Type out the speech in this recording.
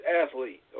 athlete